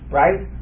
right